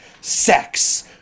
sex